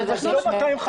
אז לא 250,